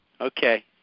Okay